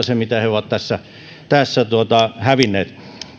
se mitä he ovat tässä tässä hävinneet